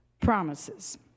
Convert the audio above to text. promises